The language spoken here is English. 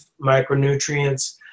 micronutrients